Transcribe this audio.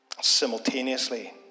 Simultaneously